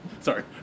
Sorry